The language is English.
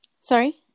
Sorry